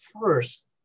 first